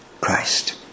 Christ